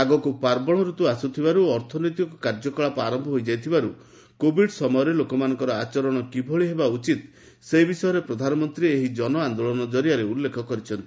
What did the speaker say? ଆଗକୁ ପାର୍ବଣ ଋତୁ ଆସୁଥିବାରୁ ଓ ଅର୍ଥନୈତିକ କାର୍ଯ୍ୟକଳାପ ଆରମ୍ଭ ହୋଇଯାଇଥିବାରୁ କୋବିଡ୍ ସମୟରେ ଲୋକମାନଙ୍କର ଆଚରଣ କିଭଳି ହେବା ଉଚିତ୍ ସେ ବିଷୟରେ ପ୍ରଧାନମନ୍ତ୍ରୀ ଏହି ଜନଆନ୍ଦୋଳନ ଜରିଆରେ ଉଲ୍ଲେଖ କରିଛନ୍ତି